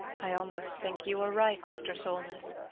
i almost think you are right, mr. solness.